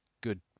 good